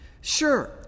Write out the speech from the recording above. Sure